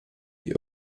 die